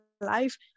life